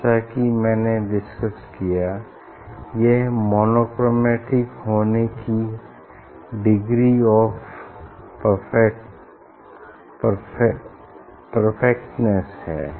जैसा की मैंने डिस्कस किया यह मोनोक्रोमेटिक होने का डिग्री ऑफ़ परफेक्टनेस है